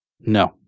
No